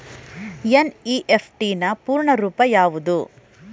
NEFT ನ ಪೂರ್ಣ ರೂಪ ಯಾವುದು?